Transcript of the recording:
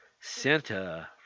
Santa